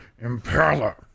Impala